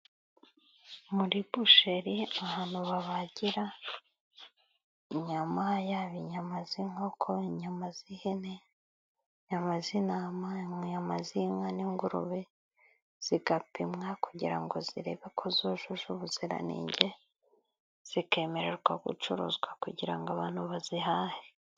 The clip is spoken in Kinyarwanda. Muri busheri ahantu babagira inyama yaba inyama z'inkoko, inyama z'ihene ,inyama z'intama, inyama z'inka n'ingurube zigapimwa kugira ngo zireba ko zujuje ubuziranenge zikemererwa gucuruzwa kugira ngo abantu bazihahe.